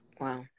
Wow